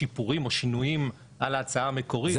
שיפורים או שינויים על ההצעה המקורית נוכל להתייחס.